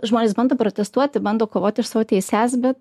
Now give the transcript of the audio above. žmonės bando protestuoti bando kovoti už savo teises bet